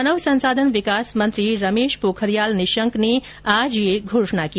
मानव संसाधन विकास मंत्री रमेश पोखरियाल निशंक ने आज यह घोषणा की